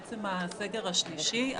בעצם הסגר השלישי.